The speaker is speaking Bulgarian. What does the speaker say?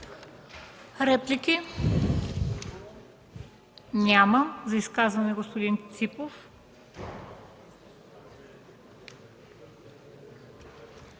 Реплики? Няма. За изказване – господин Ципов.